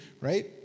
right